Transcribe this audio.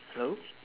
hello